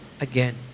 again